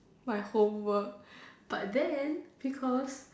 my homework but then because